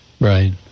right